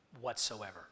whatsoever